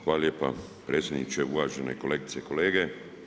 Hvala lijepa predsjedniče, uvažene kolegice i kolege.